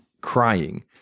crying